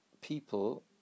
people